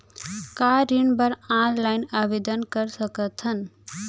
का ऋण बर ऑनलाइन आवेदन कर सकथन?